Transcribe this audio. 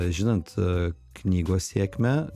žinant knygos sėkmę